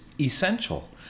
essential